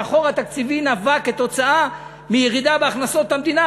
שהחור התקציבי נבע מירידה בהכנסות המדינה,